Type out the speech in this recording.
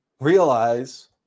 Realize